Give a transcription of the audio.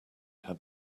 had